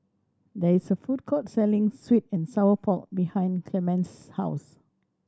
there is a food court selling sweet and sour pork behind Clemence's house